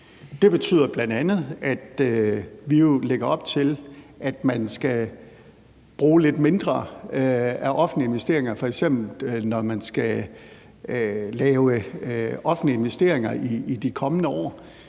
Det betyder bl.a., at vi jo lægger op til, at man skal bruge lidt mindre af offentlige investeringer, f.eks. når man skal lave offentlige investeringer i de kommende år.